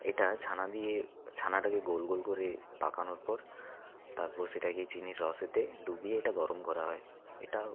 এটা ছানা দিয়ে ছানাটাকে গোল গোল করে পাকানোর পর তারপর সেটাকে চিনির রসেতে ডুবিয়ে এটা গরম করা হয় এটাও